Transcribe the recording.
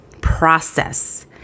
process